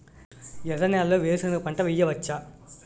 ఎర్ర నేలలో వేరుసెనగ పంట వెయ్యవచ్చా?